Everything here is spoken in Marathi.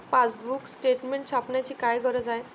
पासबुक स्टेटमेंट छापण्याची काय गरज आहे?